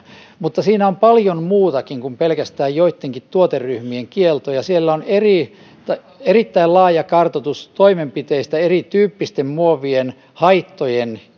mutta siinä on paljon muutakin kuin pelkästään joittenkin tuoteryhmien kieltoja siellä on erittäin laaja kartoitus toimenpiteistä erityyppisten muovien haittojen